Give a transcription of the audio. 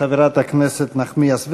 חברת הכנסת נחמיאס ורבין,